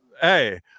Hey